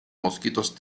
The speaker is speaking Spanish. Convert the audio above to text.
mosquitos